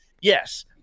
Yes